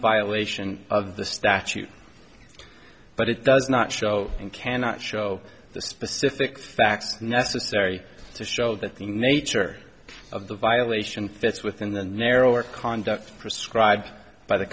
violation of the statute but it does not show and cannot show the specific facts necessary to show that the nature of the violation fits within the narrower conduct prescribed by the